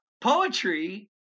poetry